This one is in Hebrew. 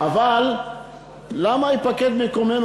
אבל למה ייפקד מקומנו?